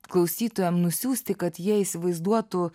klausytojam nusiųsti kad jie įsivaizduotų